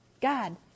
God